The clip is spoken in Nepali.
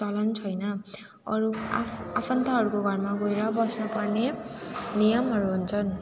चलन छैन अरू आफ् आफन्तहरूको घरमा गएर बस्नुपर्ने नियमहरू हुन्छन्